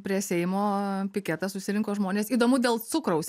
prie seimo piketas susirinko žmonės įdomu dėl cukraus